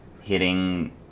hitting